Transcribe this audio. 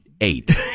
eight